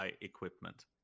equipment